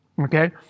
Okay